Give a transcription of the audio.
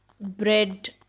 bread